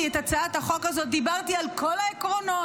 את הצעת החוק הזאת דיברתי על כל העקרונות,